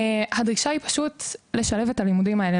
הדרישה היא פשוט לשלב את הלימודים האלה,